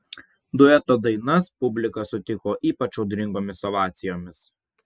dueto dainas publika sutiko ypač audringomis ovacijomis